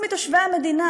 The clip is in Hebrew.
20% מתושבי המדינה,